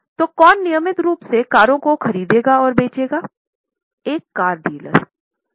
तो कौन नियमित रूप से कारों को खरीदेंगे और बेचेंगे